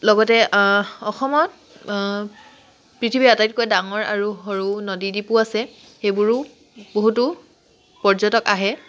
লগতে অসমত পৃথিৱীৰ আটাইতকৈ ডাঙৰ আৰু সৰু নদী দ্বীপো আছে সেইবোৰো বহুতো পৰ্যটক আহে